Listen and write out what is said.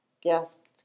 gasped